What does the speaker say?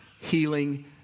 healing